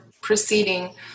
proceeding